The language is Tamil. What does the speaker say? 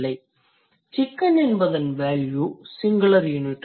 chicken என்பதன் வேல்யூ சிங்குலர் யுனிட்